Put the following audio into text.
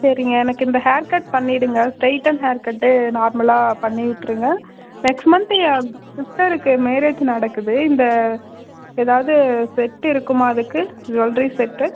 சரிங்க எனக்கு இந்த ஹேர்கட் பண்ணிடுங்க ஸ்ட்ரைட்டன் ஹேர்கட்டு நார்மலாக பண்ணி விட்ருங்க நெக்ஸ்ட் மந்த் என் சிஸ்டருக்கு மேரேஜ் நடக்குது இந்த ஏதாவது செட்டு இருக்குமா அதுக்கு ஜுவல்லரி செட்டு